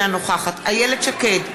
אינה נוכחת איילת שקד,